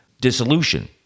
dissolution